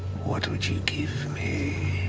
what would you give me?